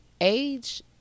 age